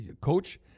coach